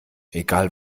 egal